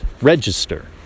register